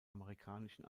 amerikanischen